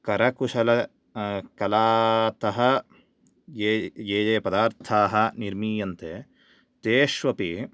करकुशल कलातः ये ये ये पदार्थाः निर्मीयन्ते तेष्वपि